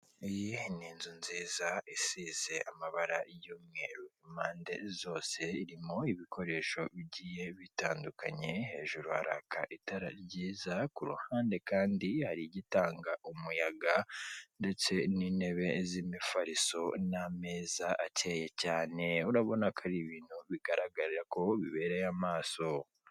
Iyi ni inzu nziza isize amabara y'umweru impande zose, irimo ibikoresho bigiye bitandukanye, hejuru haraka itara ryiza, ku ruhande kandi hari igitanga umuyaga ndetse n'intebe z'imifariso n'ameza akeye cyane, urabona ko ari ibintu bigaragara ko bibereye amaso.